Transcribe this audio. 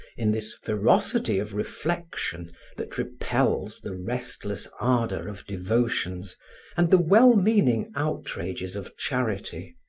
in this ferocity of reflection that repels the restless ardor of devotions and the well-meaning outrages of charity,